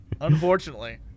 unfortunately